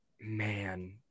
man